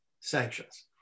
sanctions